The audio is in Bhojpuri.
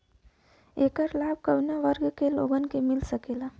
ऐकर लाभ काउने वर्ग के लोगन के मिल सकेला?